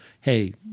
hey